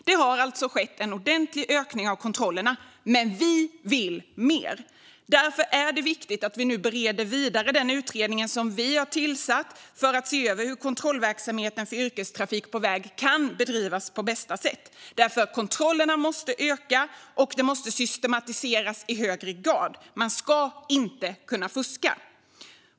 Det har alltså skett en ordentlig ökning av kontrollerna, men vi vill mer. Därför är det viktigt att vi nu fortsätter att bereda förslagen från den utredning som vi tillsatte för att se över hur kontrollverksamheten för yrkestrafik på väg kan bedrivas på bästa sätt. Kontrollerna måste öka, och de måste systematiseras i högre grad. Man ska inte kunna fuska.